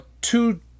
two